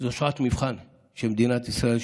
שזו שעת מבחן של מדינת ישראל,